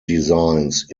designs